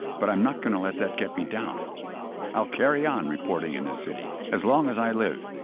but i'm not going to let that get me down. i'll i'll carry on reporting in this city, as long as i live,